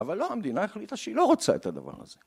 ‫אבל לא, המדינה החליטה ‫שהיא לא רוצה את הדבר הזה.